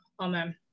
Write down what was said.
amen